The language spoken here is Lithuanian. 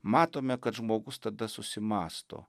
matome kad žmogus tada susimąsto